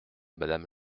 madame